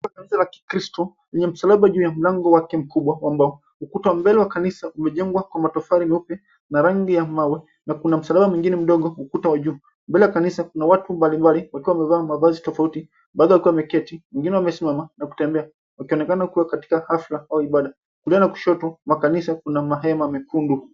La kikiristo lenye msalaba juu ya mlango wake mkubwa wa mbao. Ukuta wa mbele wa kanisa umejengwa kwa matofali meupe na rangi ya mawe na kuna msalaba mwengine mdogo ukuta wa juu. Mbele ya kanisa kuna watu mbalimbali wakiwa wamevaa mavazi tofauti baadhi wakiwa wameketi wengine wamesimama na kutembea wakionekana kua katika hafla au ibada, kulia na kushoto makanisa kuna mahema mekundu.